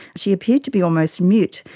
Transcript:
she appeared to be almost mute.